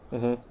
mmhmm